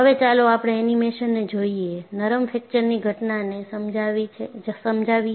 હવે ચાલો આપણે એનિમેશનને જોઈએ નરમ ફ્રેક્ચરની ઘટનાને સમજાવીએ